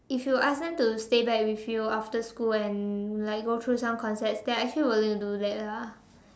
if you ask them to stay back with you after school and like go through some concepts they're actually willing to do that ah